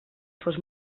fos